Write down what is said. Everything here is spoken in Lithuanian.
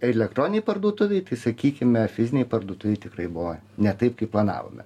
elektroninėj parduotuvėj tai sakykime fizinėj parduotuvėj tikrai buvo ne taip kaip planavome